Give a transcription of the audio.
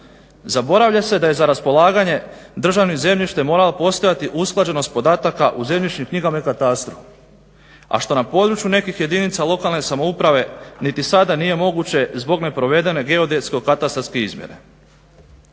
Zaboravlja se da je za raspolaganje državnim zemljištem morala postojati usklađenost podataka u zemljišnim knjigama i katastru, a što na području nekih jedinica lokalne samouprave niti sada nije moguće zbog neprovedene geodetsko-katastarske izmjere.